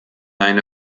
eine